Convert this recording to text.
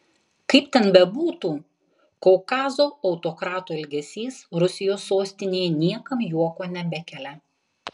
kaip ten bebūtų kaukazo autokrato elgesys rusijos sostinėje niekam juoko nebekelia